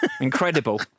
Incredible